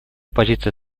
позиция